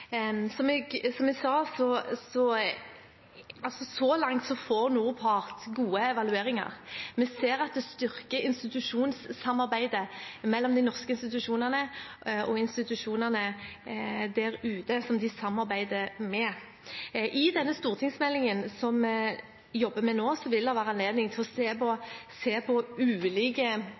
Som jeg sa, får NORPART så langt gode evalueringer. Vi ser at det styrker institusjonssamarbeidet mellom de norske institusjonene og institusjonene der ute som de samarbeider med. I forbindelse med den stortingsmeldingen vi jobber med nå, vil det være anledning til å se på ulike måter å innrette NORPART-samarbeidet på